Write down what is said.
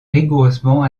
rigoureusement